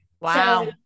Wow